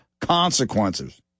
consequences